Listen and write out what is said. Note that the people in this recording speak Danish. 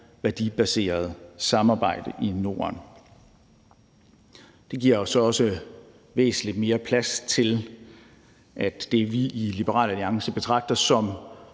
værdibaseret samarbejde i Norden. Det giver så også væsentlig mere plads til, at det, vi i Liberal Alliance betragter som